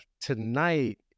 tonight